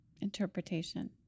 interpretation